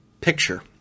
picture